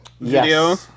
video